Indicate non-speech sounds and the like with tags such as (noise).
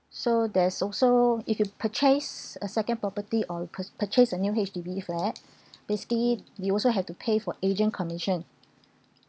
so there's also if you purchase a second property or you pur~ purchase a new H_D_B flat (breath) basically you also have to pay for agent commission